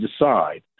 decide